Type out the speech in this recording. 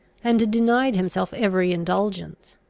and denied himself every indulgence.